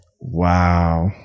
Wow